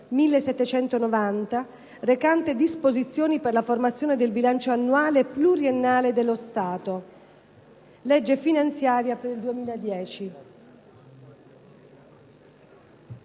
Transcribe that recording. legge recante disposizioni per la formazione del bilancio annuale e pluriennale dello Stato (legge finanziaria 2010),